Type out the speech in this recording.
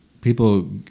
people